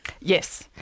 Yes